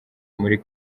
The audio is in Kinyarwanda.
muri